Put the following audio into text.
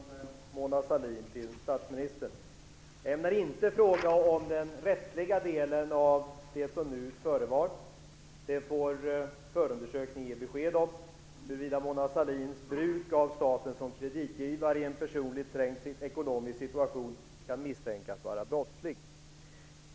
Fru talman! Också jag har en fråga till statsministern om Mona Sahlin. Jag ämnar inte fråga om den rättsliga delen av det som nu sker. Förundersökningen får ge besked om huruvida Mona Sahlins bruk av staten som kreditgivare i en trängd personlig ekonomisk situation kan misstänkas vara brottslig.